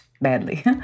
badly